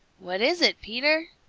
what is it, peter?